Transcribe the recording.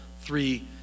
three